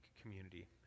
community